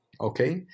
Okay